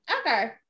Okay